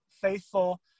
faithful